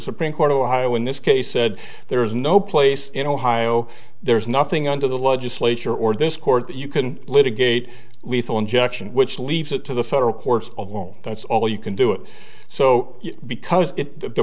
supreme court ohio in this case said there is no place in ohio there's nothing under the legislature or this court that you can litigate lethal injection which leaves it to the federal courts alone that's all you can do it so because